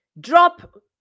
Drop